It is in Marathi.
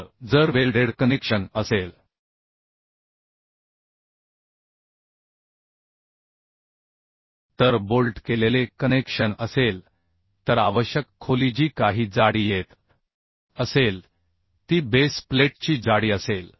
तर जर वेल्डेड कनेक्शन असेल तर बोल्ट केलेले कनेक्शन असेल तर आवश्यक खोली जी काही जाडी येत असेल ती बेस प्लेटची जाडी असेल